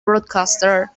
broadcaster